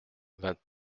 vingt